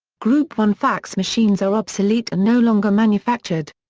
group one fax machines are obsolete and no longer manufactured.